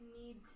need